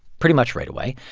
pretty much right away.